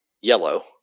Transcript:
yellow